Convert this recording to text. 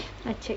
I check